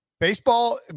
Baseball